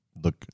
look